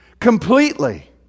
completely